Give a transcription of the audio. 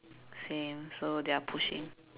same so they are pushing